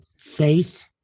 faith